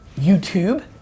YouTube